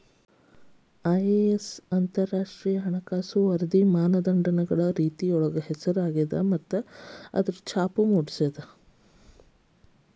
IAS ಅಂತರಾಷ್ಟ್ರೇಯ ಹಣಕಾಸು ವರದಿ ಮಾನದಂಡಗಳ ರೇತಿಯೊಳಗ ಹೆಸರದ ಮತ್ತ ಸಂಖ್ಯೆ ಮಾಡೇದ